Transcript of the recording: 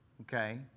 Okay